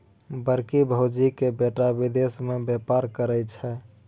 बड़की भौजीक बेटा विदेश मे बेपार करय छै